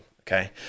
Okay